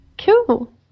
Cool